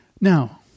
Now